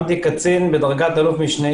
שמתי קצין בדרגת אלוף משנה,